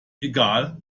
egal